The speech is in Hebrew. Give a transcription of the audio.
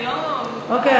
אני לא, אוקיי.